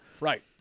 Right